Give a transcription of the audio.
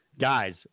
Guys